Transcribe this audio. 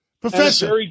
professor